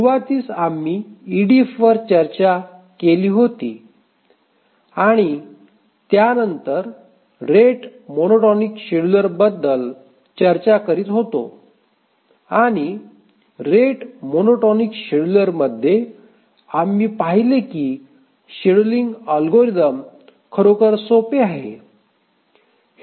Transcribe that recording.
सुरुवातीस आम्ही ईडीएफ वर चर्चा केली होती आणि त्यानंतर रेट मोनोटोनिक शेड्यूलरबद्दल चर्चा करीत होतो आणि रेट मोनोटोनिक शेड्युलरमध्ये आम्ही पाहिले की शेड्यूलिंग अल्गोरिदम खरोखर सोपे आहे